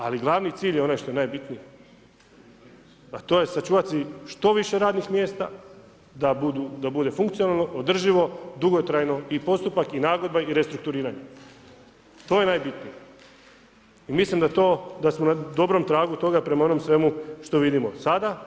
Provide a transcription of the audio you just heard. Ali glavni cilj je onaj što je najbitnije, a to je sačuvati što više radnih mjesta da bude funkcionalno, održivo, dugotrajno i postupak i nagodba i restrukturiranje. to je najbitnije i mislim da to, da smo na dobrom tragu toga prema onom svemu što vidimo sada.